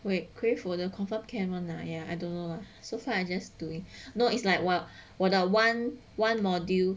wait create 我的 confirm can [one] lah ya I don't know lah so far I just doing no it's 我我我的 one one module